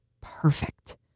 perfect